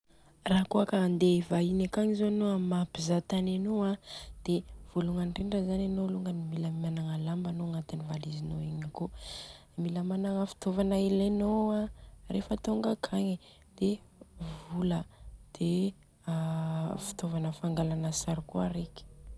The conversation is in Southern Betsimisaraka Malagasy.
Rakôa ka handeha ivahiny akagny zô anô amin'ny maha-piza tany anô de voaloany indrindra anô alôngany mila managna lamba anô agnatiny valizinô igny akô, mila managna fotôvana ilenô reva tonga akay, de vola de aa fitôvana fitôvana fangalana sary kôa reka.